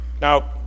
Now